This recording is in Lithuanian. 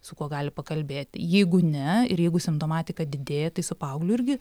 su kuo gali pakalbėti jeigu ne ir jeigu simptomatika didėja tai su paaugliu irgi